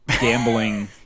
gambling